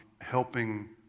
helping